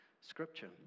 scripture